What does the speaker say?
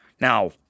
Now